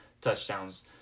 touchdowns